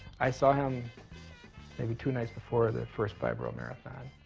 i saw him maybe two nights before the first five-borough marathon.